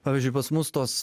pavyzdžiui pas mus tos